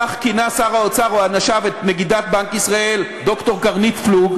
כך כינו שר האוצר או אנשיו את נגידת בנק ישראל ד"ר קרנית פלוג,